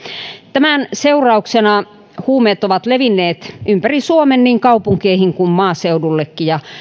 tämän seurauksena huumeet ovat levinneet ympäri suomen niin kaupunkeihin kuin maaseudullekin ja